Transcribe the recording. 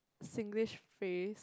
Singlish phrase